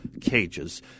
cages